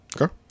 Okay